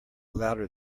louder